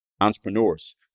entrepreneurs